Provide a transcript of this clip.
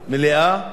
מליאה.